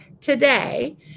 today